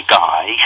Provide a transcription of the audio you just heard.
guy